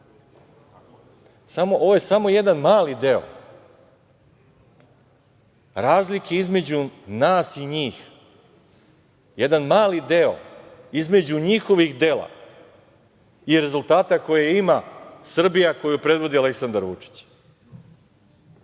je samo jedan mali deo razlike između nas i njih, jedan mali deo između njihovih dela i rezultata koje ima Srbija koju predvodi Aleksandar Vučić.